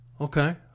Okay